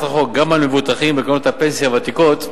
החוק גם על מבוטחים בקרנות הפנסיה הוותיקות,